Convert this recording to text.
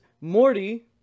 Morty